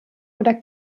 oder